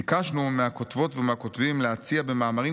"ביקשנו מהכותבות ומהכותבים להציע במאמרים